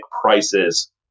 prices